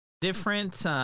different